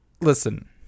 listen